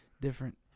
different